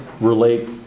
relate